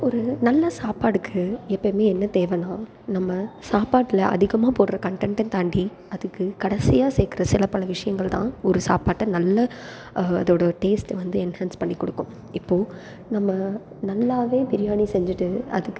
ஒரு நல்ல சாப்பாடுக்கு எப்பவுமே என்ன தேவைனா நம்ம சாப்பாட்டில் அதிகமாக போடுற கண்டன்ட்டை தாண்டி அதுக்கு கடைசியாக சேர்க்குற சில பல விஷயங்கள் தான் ஒரு சாப்பாட்டை நல்ல அதோட டேஸ்ட்டை வந்து என்ஹான்ஸ் பண்ணி கொடுக்கும் இப்போது நம்ம நல்லாவே பிரியாணி செஞ்சிட்டு அதுக்கு